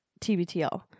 tbtl